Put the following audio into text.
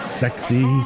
sexy